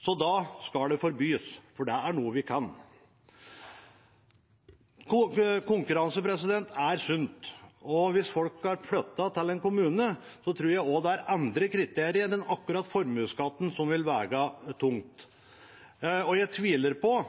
så da skal det forbys, for det er noe en kan. Konkurranse er sunt, og hvis folk har flyttet til en kommune, tror jeg også det er andre kriterier enn akkurat formuesskatten som vil veie tungt. Jeg tviler på